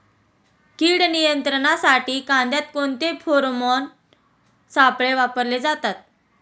कीड नियंत्रणासाठी कांद्यात कोणते फेरोमोन सापळे वापरले जातात?